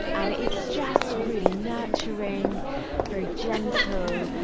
and it's just really nurturing for gentle,